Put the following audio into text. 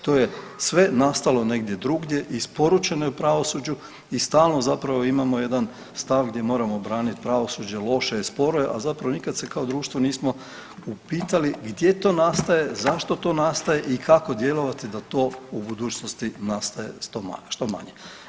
To je sve nastalo negdje drugdje, isporučeno je pravosuđu i stalno zapravo imamo jedan stav gdje moramo braniti pravosuđe, loše je, sporo je, a zapravo nikad se kao društvo nismo upitali gdje to nastaje, zašto to nastaje i kako djelovati da to u budućnosti nastaje što manje.